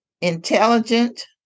intelligent